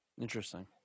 Interesting